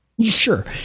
sure